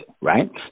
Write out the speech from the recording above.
right